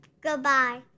Goodbye